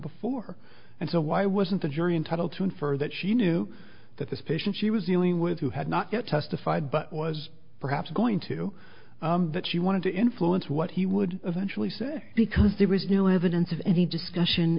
before and so why wasn't the jury entitled to infer that she knew that this patient she was dealing with who had not yet testified but was perhaps going to that she wanted to influence what he would eventually say because there was no evidence of any discussion